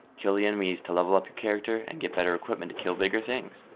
kill the enemies to level up your character and get better equipment to kill bigger things.